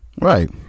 Right